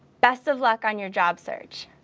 best of luck on your job search.